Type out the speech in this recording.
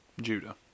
Judah